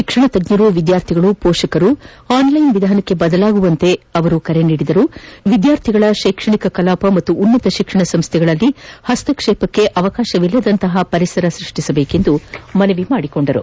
ಶಿಕ್ಷಣ ತಜ್ಞರು ವಿದ್ಯಾರ್ಥಿಗಳು ಪೋಷಕರು ಆನ್ಲೈನ್ ವಿಧಾನಕ್ಕೆ ಬದಲಾಗುವಂತೆ ಕರೆ ನೀಡಿದ ಸಚಿವರು ವಿದ್ಯಾರ್ಥಿಗಳ ಶೈಕ್ಷಣಿಕ ಕಲಾಪ ಹಾಗೂ ಉನ್ನತ ಶಿಕ್ಷಣ ಸಂಸ್ಥೆಗಳಲ್ಲಿ ಹಸ್ತಕ್ಷೇಪಕ್ಕೆ ಅವಕಾಶವಿಲ್ಲದಂತಹ ಪರಿಸರವನ್ನು ಸೃಷ್ಟಿಸುವಂತೆ ಮನವಿ ಮಾಡಿದರು